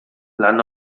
lan